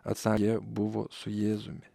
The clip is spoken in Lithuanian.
esą jie buvo su jėzumi